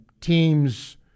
teams